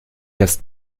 erst